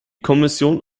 kommission